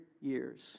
years